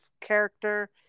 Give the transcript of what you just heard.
character